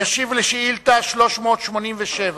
ישיב על שאילתא רגילה